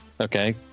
Okay